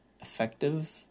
effective